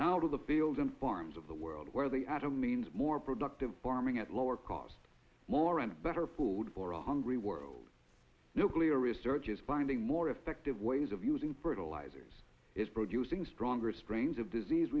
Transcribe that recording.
of the fields and farms of the world where the atom means more productive farming at lower cost more and better food for a hungry world nuclear research is finding more effective ways of using fertilizers is producing stronger strains of disease